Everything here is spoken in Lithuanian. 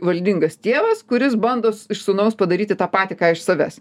valdingas tėvas kuris bando iš sūnaus padaryti tą patį ką iš savęs